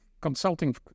consulting